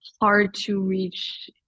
hard-to-reach